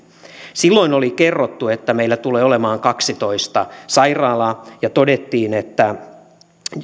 silloin oli kerrottu että meillä tulee olemaan kaksitoista sairaalaa ja todettiin että